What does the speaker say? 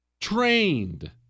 Trained